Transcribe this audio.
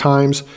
Times